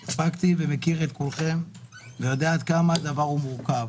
אני מכיר את כולכם ויודע עד כמה הדבר מורכב,